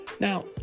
Now